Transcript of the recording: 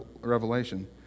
revelation